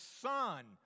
son